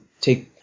take